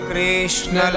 Krishna